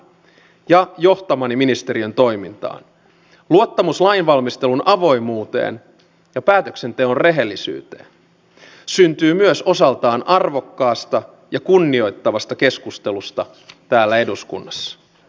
poliisien määrän väheneminen on myrkkyä kansalaisten arjen turvallisuudelle ja myös poliisin omalle työturvallisuudelle